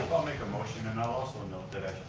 i'll make a motion and i'll also note that i